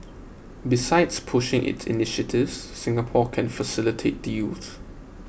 besides pushing its initiatives Singapore can facilitate deals